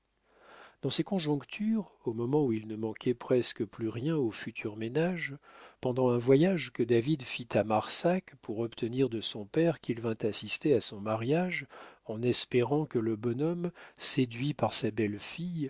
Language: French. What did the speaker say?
dans ces conjonctures au moment où il ne manquait presque plus rien au futur ménage pendant un voyage que david fit à marsac pour obtenir de son père qu'il vînt assister à son mariage en espérant que le bonhomme séduit par sa belle-fille